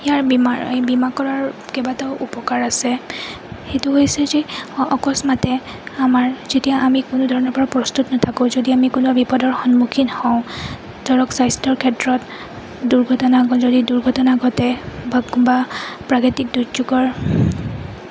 ইয়াৰ বীমা বীমা কৰাৰ কেইবাটাও উপকাৰ আছে সেইটো হৈছে যে অকস্মাতে মাতে আমাৰ যেতিয়া আমি কোনো ধৰণৰপৰা প্ৰস্তুত নাথাকোঁ যদি আমি কোনো বিপদৰ সন্মুখীন হওঁ ধৰক স্বাস্থ্যৰ ক্ষেত্ৰত দুৰ্ঘটনা যদি দুৰ্ঘটনা ঘটে বা বা প্ৰাকৃতিক দুৰ্যোগৰ